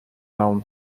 down